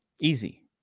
Easy